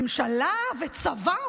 ממשלה וצבא,